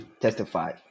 testify